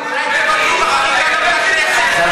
אולי תבטלו, לא,